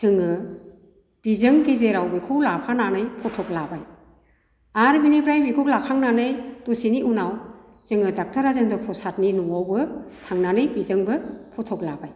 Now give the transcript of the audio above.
जोङो बिजों गेजेराव बिखौ लाफानानै फथक लाबाय आरो बेनिफ्राय बिखौ लाखांनानै दसेनि उनाव जोङो डक्टर राजेन्द्र प्रसादनि न'आवबो थांनानै बिजोंबो फथक लाबाय